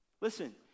Listen